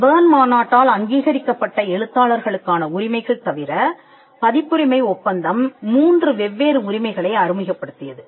Berne மாநாட்டால் அங்கீகரிக்கப்பட்ட எழுத்தாளர்களுக்கான உரிமைகள் தவிர பதிப்புரிமை ஒப்பந்தம் மூன்று வெவ்வேறு உரிமைகளை அறிமுகப்படுத்தியது